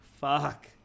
fuck